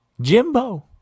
Jimbo